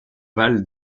val